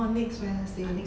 oh next wednesday